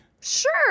Sure